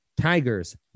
Tigers